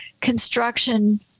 construction